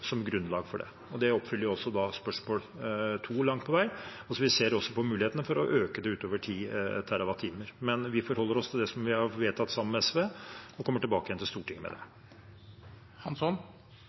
som grunnlag for det. Det oppfyller også langt på vei spørsmål nummer to. Vi ser også på muligheten for å øke det utover 10 TWh, men vi forholder oss til det vi har vedtatt sammen med SV, og vi kommer tilbake til Stortinget med det.